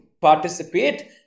participate